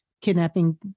kidnapping